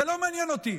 זה לא מעניין אותי.